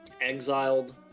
exiled